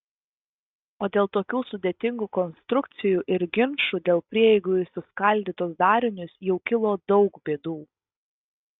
o dėl tokių sudėtingų konstrukcijų ir ginčų dėl prieigų į suskaldytus darinius jau kilo daug bėdų